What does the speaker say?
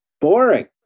boring